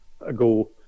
ago